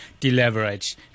deleverage